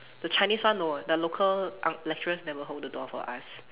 the Chinese one no the local uh lecturers never hold the door for us